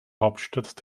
hauptstadt